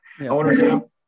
Ownership